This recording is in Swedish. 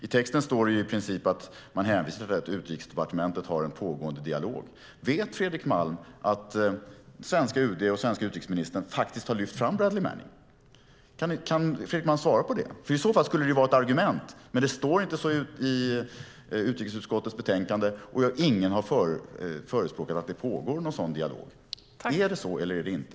I texten hänvisar man till att Utrikesdepartementet har en pågående dialog. Vet Fredrik Malm att UD och utrikesministern har lyft fram Bradley Manning? Kan Fredrik Malm svara på det? I så fall skulle det vara ett argument, men det står inte så i utrikesutskottets betänkande, och ingen har bekräftat att det pågår en sådan dialog. Är det så eller inte?